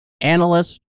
analysts